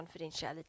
confidentiality